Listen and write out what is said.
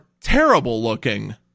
terrible-looking